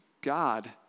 God